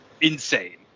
insane